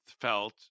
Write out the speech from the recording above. felt